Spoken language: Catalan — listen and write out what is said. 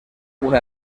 una